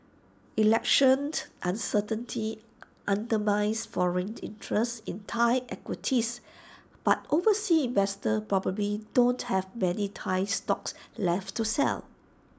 election uncertainty undermines foreign interest in Thai equities but overseas investors probably don't have many Thai stocks left to sell